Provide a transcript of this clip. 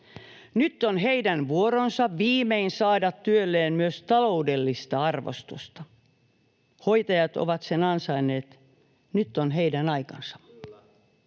Nyt on heidän vuoronsa viimein saada työlleen myös taloudellista arvostusta. Hoitajat ovat sen ansainneet. Nyt on heidän aikansa.